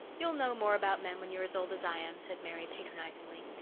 you'll know more about men when you're as old as i am, said mary patronizingly.